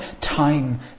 time